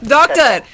Doctor